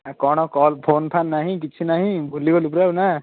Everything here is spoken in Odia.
ଆଉ କ'ଣ କଲ୍ ଫୋନ୍ଫାନ୍ ନାହିଁ କିଛି ନାହିଁ ଭୁଲିଗଲୁ ପୁରା ଆଉ ନା